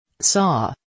Saw